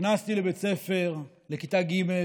נכנסתי לבית ספר, לכיתה ג'